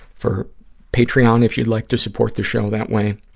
for patreon if you'd like to support the show that way.